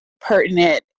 pertinent